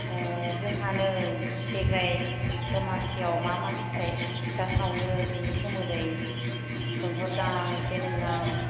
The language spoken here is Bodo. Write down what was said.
ए जोंहा नै देग्लाय दमासियाव मा मा फिथा सावनो बेनि सोमोन्दै सोंहरदों आं एसे नोंनाव